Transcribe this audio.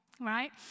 right